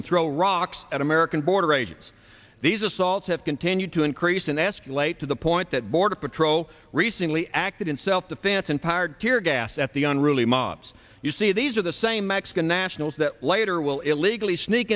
and throw rocks at american border agents these assaults have continued to increase in escalate to the point that border patrol recently acted in self defense and fired tear gas at the unruly mobs you see these are the same mexican nationals that later will illegally sneak